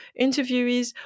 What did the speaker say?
interviewees